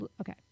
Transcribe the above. Okay